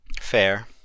Fair